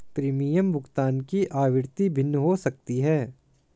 premium भुगतान की आवृत्ति भिन्न हो सकती है